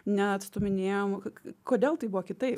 neatstūminėjom kodėl tai buvo kitaip